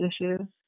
issues